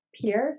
peers